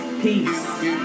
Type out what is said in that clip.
Peace